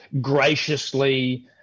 graciously